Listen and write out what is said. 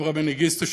אברה מנגיסטו,